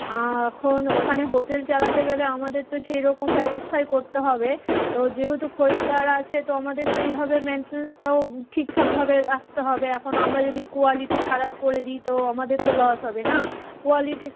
এখন ওখানে হোটেল চালাতে গেলে আমাদের তো সেই রকম ব্যবস্থায় করতে হবে তো যেহেতু খরিদ্দার আছে তো আমাদের সেইভাবে মেনটেন্সটাও ঠিকঠাকভাবে রাখতে হবে এখন আমরা যদি কোয়ালিটি খারাপ করে দিই তো আমাদের তো লস হবে না কোয়ালিটি